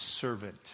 servant